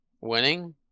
Winning